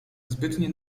zbytnie